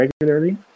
regularly